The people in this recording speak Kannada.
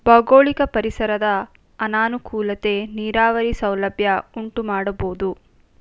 ಭೌಗೋಳಿಕ ಪರಿಸರದ ಅನಾನುಕೂಲತೆ ನೀರಾವರಿ ಸೌಲಭ್ಯ ಉಂಟುಮಾಡಬೋದು